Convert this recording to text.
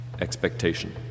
Expectation